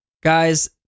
Guys